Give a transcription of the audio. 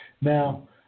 Now